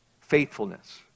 Faithfulness